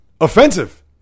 Offensive